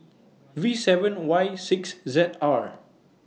V seven Y six Z R